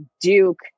Duke